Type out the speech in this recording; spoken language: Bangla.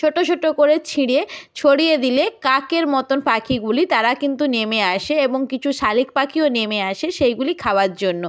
ছোটো ছোটো করে ছিঁড়ে দিলে কাকের মতোন পাখিগুলি তারা কিন্তু নেমে আসে এবং কিছু শালিক পাখিও নেমে আসে সেইগুলি খাবার জন্য